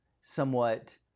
somewhat